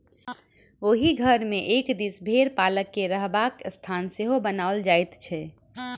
ओहि घर मे एक दिस भेंड़ पालक के रहबाक स्थान सेहो बनाओल जाइत छै